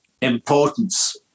importance